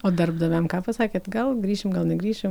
o darbdaviam ką pasakėt gal grįšim gal negrįšim